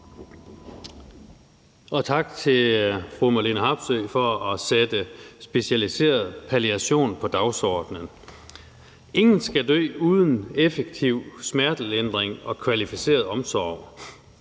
og tak til fru Marlene Harpsøe for at sætte specialiseret palliation på dagsordenen. Ingen skal dø uden effektiv smertelindring og kvalificeret omsorg.